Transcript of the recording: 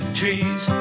trees